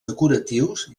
decoratius